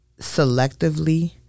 selectively